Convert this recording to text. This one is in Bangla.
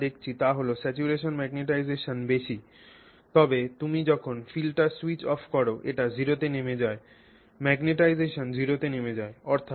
আমরা যা দেখছি তা হল স্যাচুরেশন ম্যাগনেটাইজেশন বেশি তবে তুমি যখন ফিল্ডটি স্যুইচ অফ কর এটি 0 তে নেমে যায় ম্যাগনেটাইজেশন 0 তে নেমে যায়